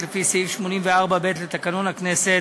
לפי סעיף 84(ב) לתקנון הכנסת,